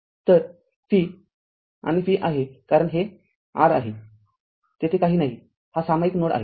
तर V आणि V आहे कारण हे हे r आहे तेथे काही नाही हा सामायिक नोड आहे